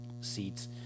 seats